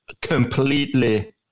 completely